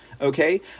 Okay